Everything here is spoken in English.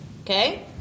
Okay